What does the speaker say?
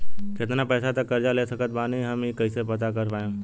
केतना पैसा तक कर्जा ले सकत बानी हम ई कइसे पता कर पाएम?